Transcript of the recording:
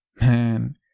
Man